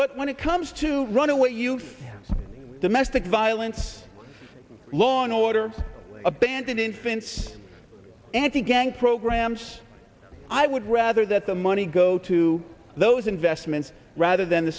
but when it comes to runaway youth domestic violence law and order abandoned infants and gang programs i would rather that the money go to those investments rather than the